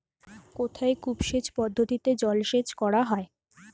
কোথায় কূপ সেচ পদ্ধতিতে জলসেচ করা হয়?